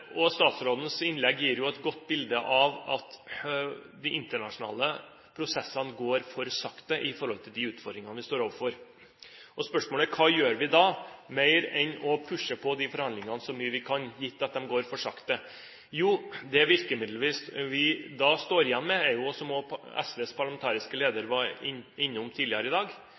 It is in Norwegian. prosessene. Statsrådens innlegg gir et godt bilde av at de internasjonale prosessene går for sakte i forhold til de utfordringene vi står overfor. Spørsmålet er: Hva gjør vi da, mer enn å pushe på de forhandlingene så mye vi kan, gitt at de går for sakte? Jo, det virkemidlet vi da står igjen med, er det som også SVs parlamentariske leder var innom tidligere i dag,